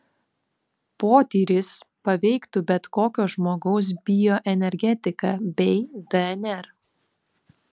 potyris paveiktų bet kokio žmogaus bioenergetiką bei dnr